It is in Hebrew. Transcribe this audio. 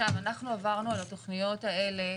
אנחנו עברנו על התכניות האלה,